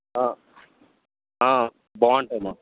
బాగుంటుంది మ్యామ్